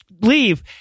leave